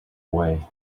away